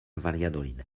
valladolid